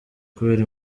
kubera